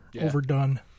overdone